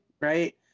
right